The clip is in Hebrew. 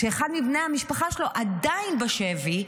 שאחד מבני המשפחה שלו עדיין בשבי.